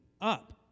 up